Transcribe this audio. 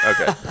Okay